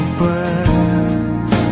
breath